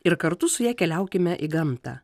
ir kartu su ja keliaukime į gamtą